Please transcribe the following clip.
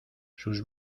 sus